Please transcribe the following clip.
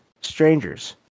strangers